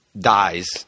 dies